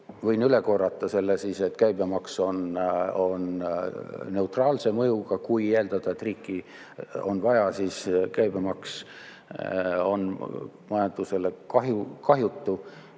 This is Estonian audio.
ka üle korrata, et käibemaks on neutraalse mõjuga. Kui eeldada, et riiki on vaja, siis käibemaks on majandusele kahjutu